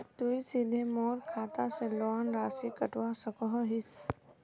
तुई सीधे मोर खाता से लोन राशि कटवा सकोहो हिस?